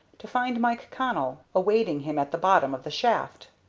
to find mike connell awaiting him at the bottom of the shaft.